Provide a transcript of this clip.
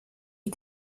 est